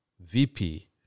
VP